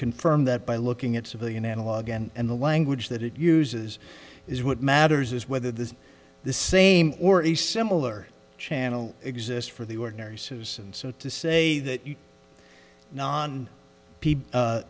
confirm that by looking at civilian analogue and the language that it uses is what matters is whether this the same or a similar channel exist for the ordinary citizen so to say that you no